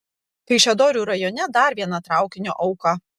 kaišiadorių rajone dar viena traukinio auka